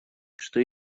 что